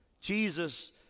Jesus